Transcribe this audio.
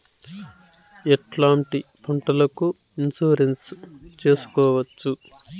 ఎట్లాంటి పంటలకు ఇన్సూరెన్సు చేసుకోవచ్చు?